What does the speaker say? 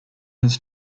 had